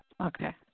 Okay